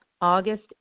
August